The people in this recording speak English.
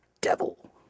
devil